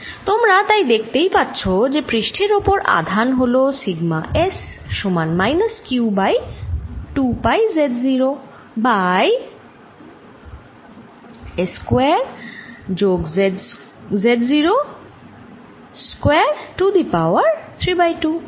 তোমরা তাই দেখতেই পাচ্ছ যে পৃষ্ঠের ওপর আধান হল সিগমা S সমান minus q by 2 pi Z0 by s square যোগ Z0 square to the power 3 by 2